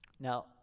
Now